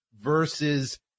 versus